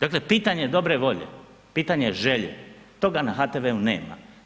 Dakle pitanje dobre volje, pitanje želje, toga na HTV-u nema.